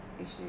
issue